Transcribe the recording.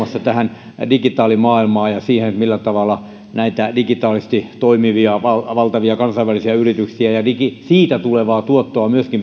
muun muassa digitaalimaailmaan ja siihen millä tavalla myöskin digitaalisesti toimivia valtavia kansainvälisiä yrityksiä ja niille tulevaa tuottoa